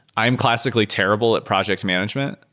i'm classically terrible at project management.